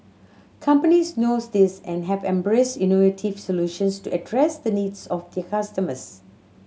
companies knows this and have embraced innovative solutions to address the needs of their customers